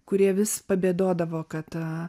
kurie vis pabėdodavo kad